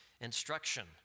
instruction